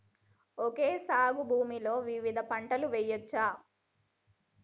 Okay సాగు భూమిలో వివిధ పంటలు వెయ్యచ్చా?